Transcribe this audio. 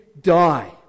die